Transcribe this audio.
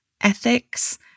ethics